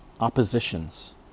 oppositions